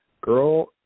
Girl